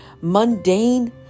mundane